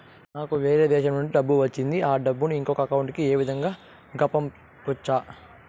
నాకు వేరే దేశము నుంచి డబ్బు వచ్చింది ఆ డబ్బును ఇంకొక అకౌంట్ ఏ విధంగా గ పంపొచ్చా?